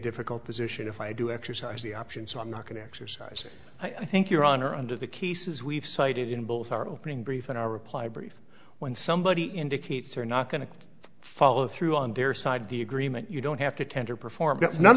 difficult position if i do exercise the option so i'm not going to exercise it i think your honor under the cases we've cited in both our opening brief and our reply brief when somebody indicates they're not going to follow through on their side of the agreement you don't have to tender performance none